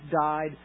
died